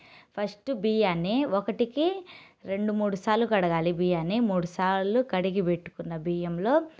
first biryani ఒకటికి రెండు మూడు సార్లు కడగాలి బియ్యాన్ని మూడు సార్లు కడిగి పెట్టుకున్న బియ్యంలో